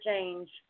change